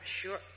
Sure